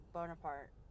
Bonaparte